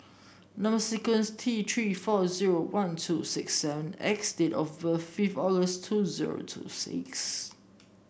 number sequence is T Three four zero one two six seven X and date of birth five August two zero two six